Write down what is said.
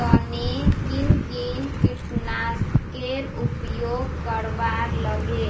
तने किन किन कीटनाशकेर उपयोग करवार लगे?